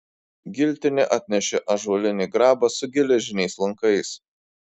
giltinė atnešė ąžuolinį grabą su geležiniais lankais